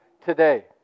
today